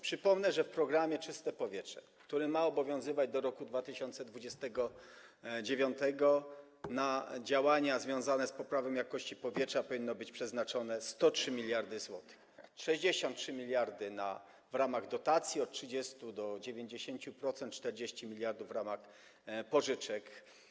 Przypomnę, że w programie „Czyste powietrze”, który ma obowiązywać do roku 2029, na działania związane z poprawą jakości powietrza powinny być przeznaczone 103 mld zł, w tym 63 mld w ramach dotacji, od 30 do 90%, 40 mld w ramach pożyczek.